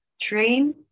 Train